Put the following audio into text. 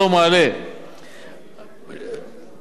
שהוגשו טרם חתימתו של ההסכם ואשר ההצעה איננה מתייחסת אליו.